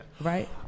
right